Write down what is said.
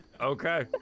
Okay